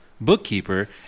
bookkeeper